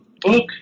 book